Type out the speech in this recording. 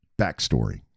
backstory